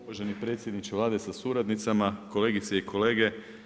uvaženi predsjedniče Vlade sa suradnicama, kolegice i kolege.